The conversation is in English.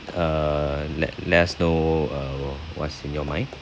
uh let let us know uh what's in your mind